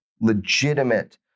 legitimate